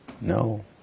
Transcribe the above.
No